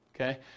Okay